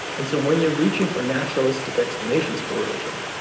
and so when you're reaching for naturalistic explanations for religion,